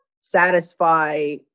satisfy